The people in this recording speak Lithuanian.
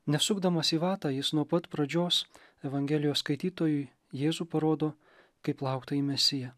nesukdamas į vatą jis nuo pat pradžios evangelijos skaitytojui jėzų parodo kaip lauktąjį mesiją